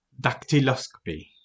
dactyloscopy